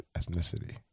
ethnicity